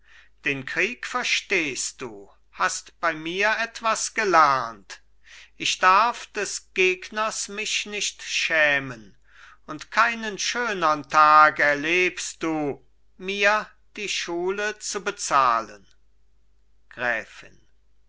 den krieg verstehst du hast bei mir etwas gelernt ich darf des gegners mich nicht schämen und keinen schönern tag erlebst du mir die schule zu bezahlen gräfin